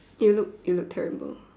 you look you look terrible